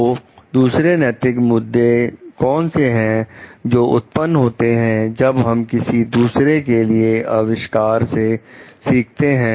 तो दूसरे नैतिक मुद्दे कौन से हैं जो उत्पन्न होते हैं जब हम किसी दूसरे के किए अविष्कार से सीखते हैं